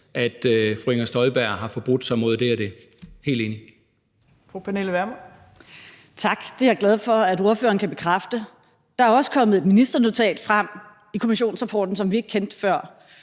(Trine Torp): Fru Pernille Vermund. Kl. 11:40 Pernille Vermund (NB): Tak. Det er jeg glad for at ordføreren kan bekræfte. Der er også kommet et ministernotat frem i kommissionsrapporten, som vi ikke kendte før,